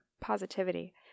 positivity